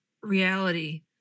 reality